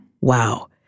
Wow